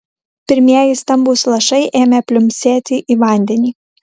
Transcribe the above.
pirmieji stambūs lašai ėmė pliumpsėti į vandenį